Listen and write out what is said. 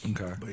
Okay